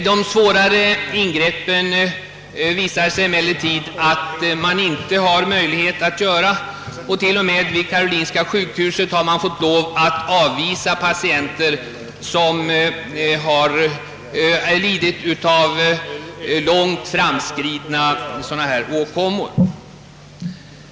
Det visar sig emellertid, att man inte har möjlighet att göra de svårare ingreppen, och t.o.m. vid karolinska sjukhuset har man fått lov att avvisa patienter, som har lidit av långt framskridna sådana här sjukdomar.